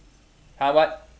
!huh! what